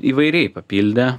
įvairiai papildė